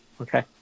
Okay